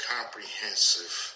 Comprehensive